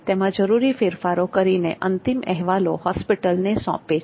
તેમાં જરૂરી ફેરફારો કરીને અંતિમ અહેવાલો હોસ્પિટલને સોંપે છે